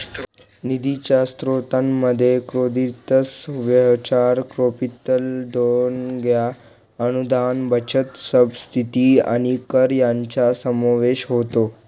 निधीच्या स्त्रोतांमध्ये credits venture capital देणग्या अनुदान बचत सबसिडी आणि कर यांचा समावेश होतो